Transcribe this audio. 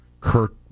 Kirk